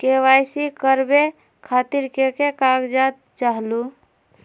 KYC करवे खातीर के के कागजात चाहलु?